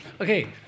Okay